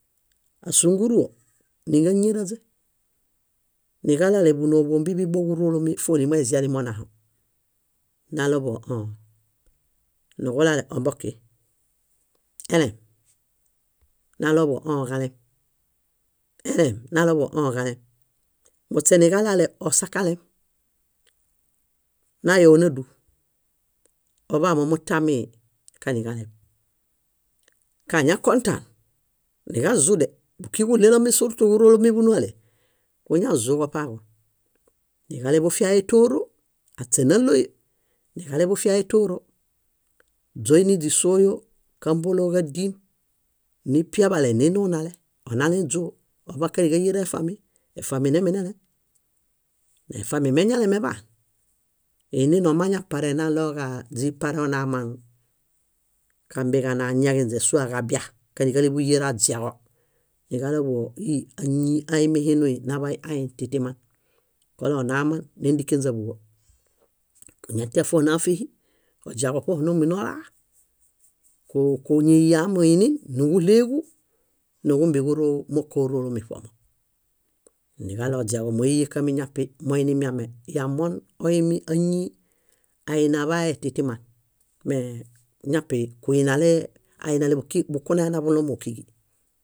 Ásunguruwo níġañieraźe niġaɭale buúnooḃo ómbiġurolomi fólimo eĵalimi onãho. Naɭoḃuġo õõ. Nuġuɭale ombokĩ. Elem? Naɭoḃuġo õõ kalem. Elem? Naɭoḃuġo õõ kalem. Muśeniġaɭale osakalem. Nayo nádu. Koḃamomutami kaniġalem. Kañakõtan niġazude, búkiġuġuɭelomi súrtuġurolomiḃunuale, kuñazuġoṗaġu. Niġaleḃufiae tóoro, aśe náloy, niġaleḃufiae tóoro. Źóiniźooyo kámboloġadin nipiaḃale ninunale, onalẽźoo oḃakaniġayera efami, efaminembenelem. Efami meñalemeḃaan, iinino mañapare naɭoġa źipare onaoman kámbeġana añaġinźe suwaġabia kaniġaleḃuyera oźiaġo. Niġaɭoḃuġo íi áñii aimihinui naḃay ain tĩtiman, koleonaam níndĩkenźaḃuġo. Kañatiafona fíhi, oźiaho ṗoho nombonola, ku- kuñiya omiinin núġuɭeġu, núġubeġuroomokorolomi ṗomo, niġaɭo oźiaġo móeyekamiñapi moinimiame yamon óimañii ainaḃaye tĩtiman mee ñapikuinale, ainale bukunalenaḃũlomi ókiġi.